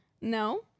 No